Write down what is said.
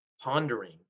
pondering